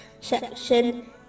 section